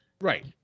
Right